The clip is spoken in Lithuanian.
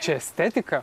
čia estetika